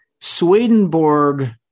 Swedenborg